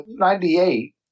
98